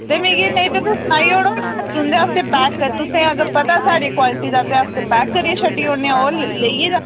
ते मिगी नेईं ते तुस सनाई ओड़ो मैं तुन्दे अस्तै पैक तुसें गी अगर पता क्वालिटी दा ते अस पैक करियै छड्ढी ओड़ने आं आओ लेई जाओ